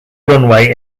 runway